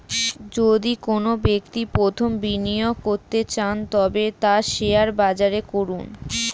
যদি কোনো ব্যক্তি প্রথম বিনিয়োগ করতে চান তবে তা শেয়ার বাজারে করুন